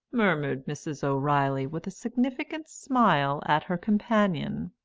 murmured mrs. o'reilly with a significant smile at her companion.